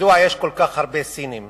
מדוע יש כל כך הרבה סינים?